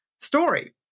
story